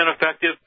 effective